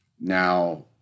Now